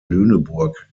lüneburg